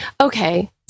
Okay